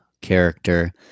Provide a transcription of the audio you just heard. character